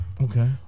Okay